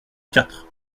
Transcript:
quatre